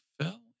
fell